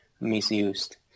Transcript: misused